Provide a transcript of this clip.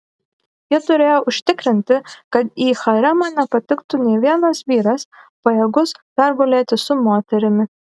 jie turėjo užtikrinti kad į haremą nepatektų nė vienas vyras pajėgus pergulėti su moterimi